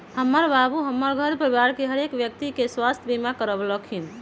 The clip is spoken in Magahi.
हमर बाबू हमर घर परिवार के हरेक व्यक्ति के स्वास्थ्य बीमा करबलखिन्ह